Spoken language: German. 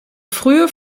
frühe